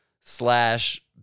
Slash